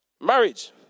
marriage